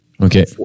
okay